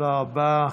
תודה רבה.